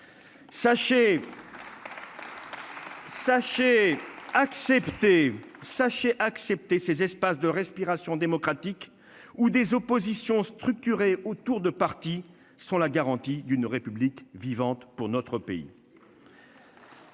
Sachez que ces espaces de respiration démocratique, où les oppositions sont structurées autour de partis, sont la garantie d'une République vivante dans notre pays